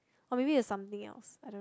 or maybe it was something else I don't know